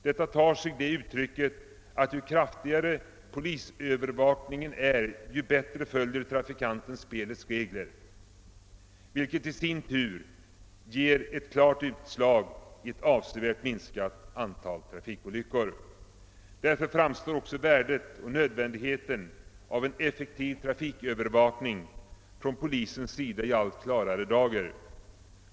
Detta tar sig det uttrycket att ju kraftigare polisövervakningen är, desto bättre följer trafikanten spelets regler, vilket i sin tur ger ett klart utslag i ett avsevärt minskat antal trafikolyckor. Därför framstår också värdet och nödvändigheten av en effektiv trafikövervakning från polisens sida i allt klarare dager.